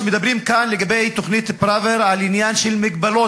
מדברים כאן לגבי תוכנית פראוור על עניין של מגבלות.